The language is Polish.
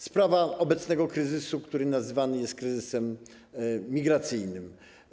Sprawa obecnego kryzysu, który nazywany jest kryzysem migracyjnym.